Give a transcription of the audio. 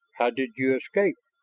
how did you escape?